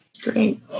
Great